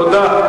תודה.